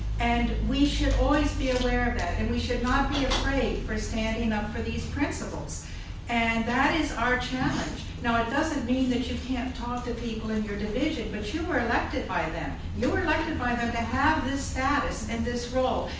and we should always be aware of that and we should not be afraid for standing up for these principles and that is our challenge. now it doesn't mean that you can't talk to people in your division but you were elected by them. you were elected by them to have this status and this role.